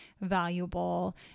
valuable